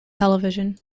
television